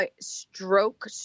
stroke